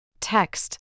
Text